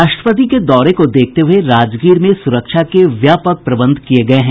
राष्ट्रपति के दौरे को देखते हुए राजगीर में सुरक्षा के व्यापक प्रबंध किये गये हैं